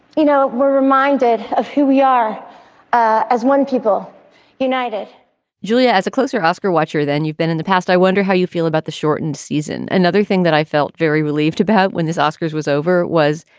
you know, we're reminded of who we are ah as one people united julia, as a closer oscar watcher than you've been in the past, i wonder how you feel about the shortened season. another thing that i felt very relieved about when this oscars was over was,